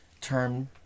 term